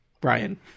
Brian